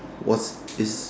what is